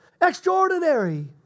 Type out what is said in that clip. Extraordinary